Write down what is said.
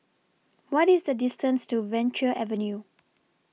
What IS The distance to Venture Avenue